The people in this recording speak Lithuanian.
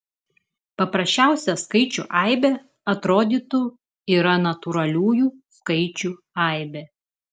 paprasčiausia skaičių aibė atrodytų yra natūraliųjų skaičių aibė